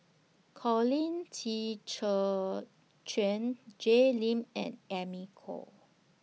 Colin Qi Zhe Quan Jay Lim and Amy Khor